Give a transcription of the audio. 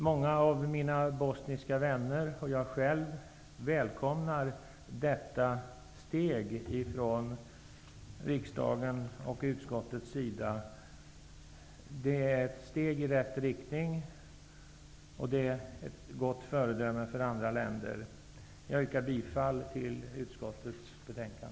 Många av mina bosniska vänner och jag själv välkomnar det steg som nu tas av utskottet och riksdagen. Det är ett steg i rätt riktning och ett gott föredöme för andra länder. Jag yrkar bifall till utskottets hemställan.